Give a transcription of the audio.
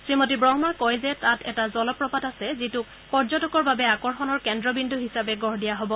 শ্ৰীমতী ব্ৰহ্মই কয় যে তাত এটা জলপ্ৰপাত আছে যিটোক পৰ্যটকৰ বাবে আকৰ্ষণৰ কেন্দ্ৰবিন্দু হিচাপে গঢ় দিয়া হব